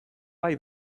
bai